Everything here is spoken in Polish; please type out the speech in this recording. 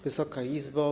Wysoka Izbo!